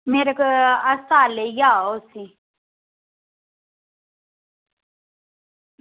मेरे कोल अस्पताल लेइयै आओ इसी